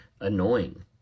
annoying